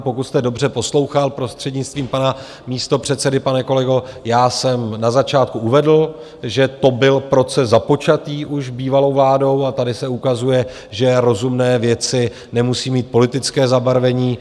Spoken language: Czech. Pokud jste dobře poslouchal, prostřednictvím pana místopředsedy, pane kolego, já jsem na začátku uvedl, že to byl proces započatý už bývalou vládou, a tady se ukazuje, že rozumné věci nemusí mít politické zabarvení.